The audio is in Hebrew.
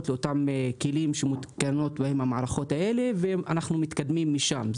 לאותם כלים שמותקנות להם המערכות האלה ואנחנו מתקדמים משם.